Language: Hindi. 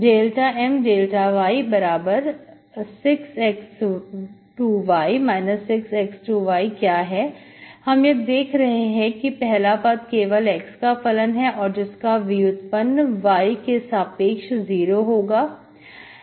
∂M∂y6x2y 6xy2 क्या है हम यह देख रहे हैं कि पहला पद केवल x का फलन है तो किसका व्युत्पन्न y के सापेक्ष 0 होगा